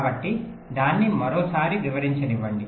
కాబట్టి దాన్ని మరోసారి వివరించనివ్వండి